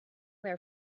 their